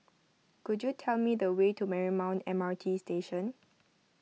could you tell me the way to Marymount M R T Station